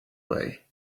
way